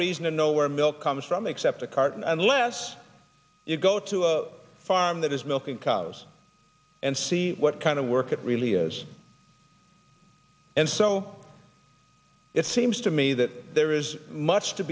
reason to know where milk comes from except a carton unless you go to a farm that is milking cows and see what kind of work it really is and so it seems to me that there is much to